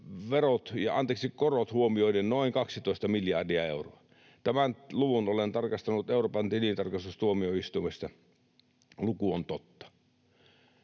korot huomioiden noin 12 miljardia euroa. Tämän luvun olen tarkastanut Euroopan tilintarkastustuomioistuimesta. Luku on totta.